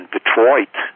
Detroit